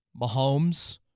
Mahomes